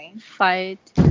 fight